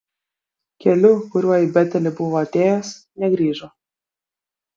keliu kuriuo į betelį buvo atėjęs negrįžo